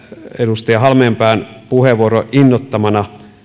edustaja halmeenpään puheenvuoron innoittamana